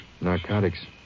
Narcotics